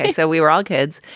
yeah so we were all kids.